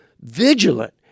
vigilant